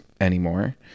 anymore